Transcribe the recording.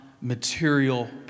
material